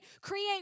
create